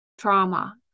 trauma